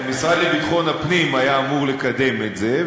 המשרד לביטחון הפנים היה אמור לקדם את זה,